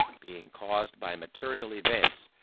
being caused by material events,